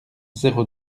zéro